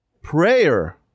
Prayer